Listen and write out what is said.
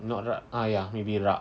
not rak ah ya maybe rak